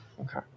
okay